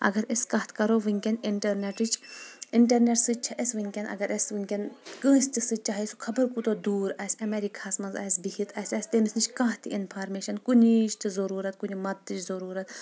اگر أسۍ کتھ کرو ؤنکیٚن انٹرنیٹٕچ انٹرنیٹ سۭتۍ چھِ اسہِ ؤنکیٚن اگر أسۍ ؤنکیٚن کٲنٛسہِ تہِ سۭتۍ چاہے سُہ خبر کوٗتاہ تہِ دوٗر آسہِ اٮ۪میریٖکاہس منٛز آسہِ بِہِتھ اسہِ آسہِ تٔمِس نِش کانٛہہ تہِ انفارمیشن کُنیٖچ تہِ ضروٗرت کُنہِ مددتٕچ ضروٗرت